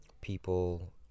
people